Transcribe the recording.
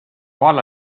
valla